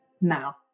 now